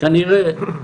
כנראה